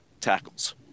tackles